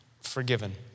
forgiven